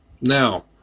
Now